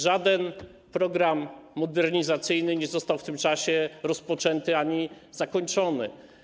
Żaden program modernizacyjny nie został w tym czasie rozpoczęty ani zakończony.